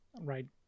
right